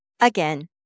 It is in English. Again